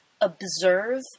observe